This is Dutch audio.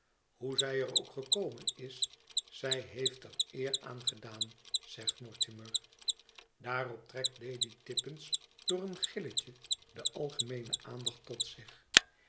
hoe zij er ook gekomen is zij heeft er eer aan gedaan zegt mortimer daarop trekt lady tippins door een gilletje de algemeene aandacht tot zich